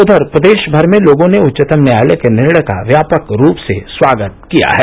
उधर प्रदेश भर में लोगों ने उच्चतम न्यायालय के निर्णय का व्यापक रूप से स्वागत किया है